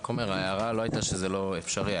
ההערה לא הייתה שזה לא אפשרי.